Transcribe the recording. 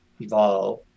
evolve